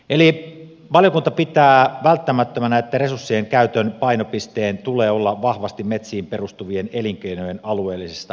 valiokunta siis pitää välttämättömänä että resurssien käytön painopisteen tulee olla vahvasti metsiin perustuvien elinkeinojen alueellisessa edistämisessä